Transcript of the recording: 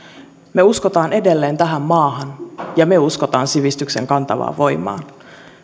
me uskomme edelleen tähän maahan ja uskomme sivistyksen kantavaan voimaan